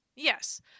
Yes